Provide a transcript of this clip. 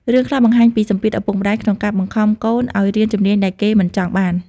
រឿងខ្លះបង្ហាញពី សម្ពាធឪពុកម្តាយ ក្នុងការបង្ខំកូនឱ្យរៀនជំនាញដែលគេមិនចង់បាន។